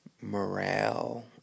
morale